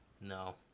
No